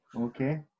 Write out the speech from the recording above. okay